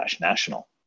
national